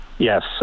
Yes